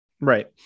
Right